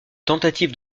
tentatives